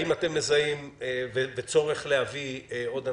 האם אתם מזהים צורך להביא עוד אנשים?